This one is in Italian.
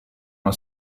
una